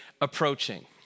approaching